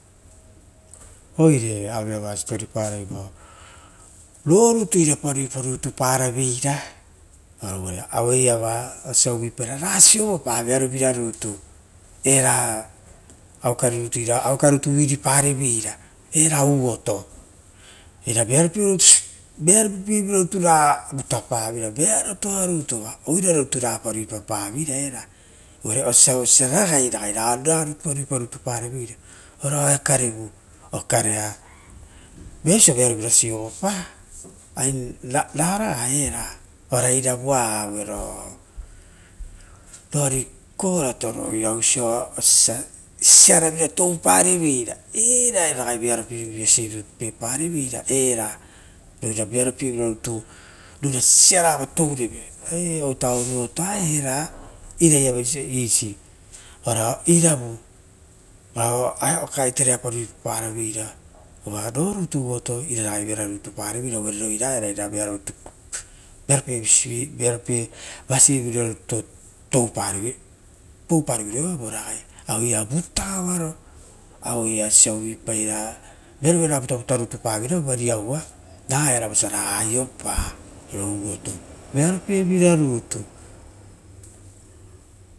Oireau e iava siposipo parovao ro rutu irapa siposipa papeira auiava osia rasovopa vearopievira rutu, era aue kare rutu uiriparevera era uuoto era vearopievira rutu ra vutapaveira, oaia vearo pievira rutu oirara rutu rapa ruipa pavera era oisio osa ragai rapa ruipa rutu pareveira ora okarevu okrea veapasia vearovira sovopa, ari raraga era ari eravua auoro roari kokovarato osia sa ro ira osa saravira touparevoira era ira raga vearo piepare veira, roira vearopie vira rutu sisiavara tourevei ave ita oruotoa era, era auevisivi touareve ora irauvu aitereapa ruipaparavei ra uva roruto votoa ira ragi vera rutu pa reveira. uvare roira era era ragai vearitapareveira, vearopie vasi vira rutu toupareveira, pou paroviroreira vo ragai aueia vutaoaro aueia osia uvuipa ra eraia vutavuta rutu pavera vovaia riaua eraera vosiara aiopa era uuoto vearopie vira rutu.